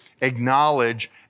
acknowledge